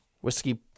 Whiskey